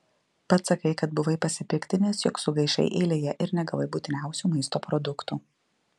pats sakai kad buvai pasipiktinęs jog sugaišai eilėje ir negavai būtiniausių maisto produktų